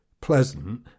pleasant